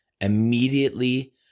immediately